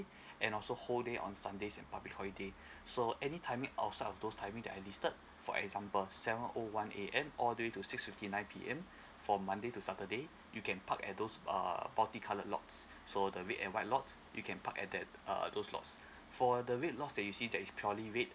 and also whole day on sundays and public holiday so any timing outside of those timing that I listed for example seven o one A_M all day to six fifty nine P_M from monday to saturday you can park and those uh multi coloured lots so the red and white lots you can park at that err those lots for the red lots that you see that is purely red